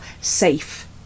safe